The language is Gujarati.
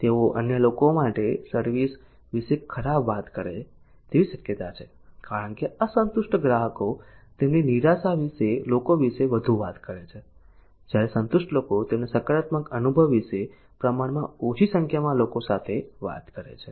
તેઓ અન્ય લોકો માટે સર્વિસ વિશે ખરાબ વાત કરે તેવી શક્યતા છે કારણ કે અસંતુષ્ટ ગ્રાહકો તેમની નિરાશા વિશે લોકો સાથે વધુ વાત કરે છે જ્યારે સંતુષ્ટ લોકો તેમના સકારાત્મક અનુભવ વિશે પ્રમાણમાં ઓછી સંખ્યામાં લોકો સાથે વાત કરે છે